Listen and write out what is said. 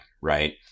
right